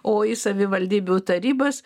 o į savivaldybių tarybas